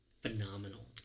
phenomenal